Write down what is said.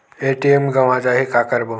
ATM गवां जाहि का करबो?